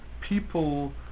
people